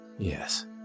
Yes